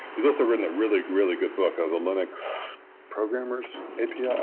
he's also written a really really good book of the linux programmers api. yeah